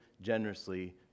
generously